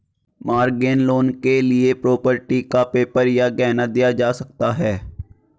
mortgage loan के लिए property का पेपर या गहना दिया जा सकता है